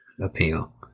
Appeal